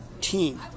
Team